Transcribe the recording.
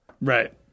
Right